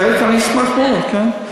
חלק, כן.